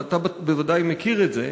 ואתה בוודאי מכיר את זה,